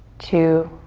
two,